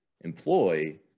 employ